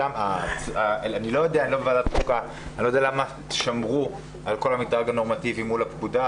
אני לא יודע למה שמרו על כל המדרג הנורמטיבי מול הפקודה.